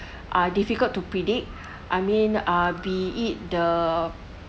are difficult to predict I mean uh be it the